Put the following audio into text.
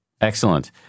Excellent